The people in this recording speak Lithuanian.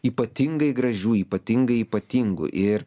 ypatingai gražių ypatingai ypatingų ir